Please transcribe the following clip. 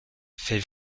fait